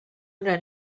una